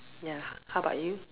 ya how about you